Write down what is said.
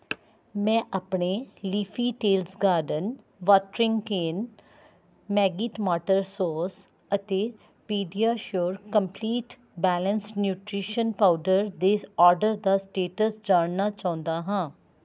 ਮੈਂ ਆਪਣੇ Leafy Tales garden watering can Maggi tomato sauce ਅਤੇ PediaSure complete balanced nutrition powder ਦੇ order ਦਾ ਸਟੇਟਸ ਜਾਣਨਾ ਚਾਹੁੰਦਾ ਹਾਂ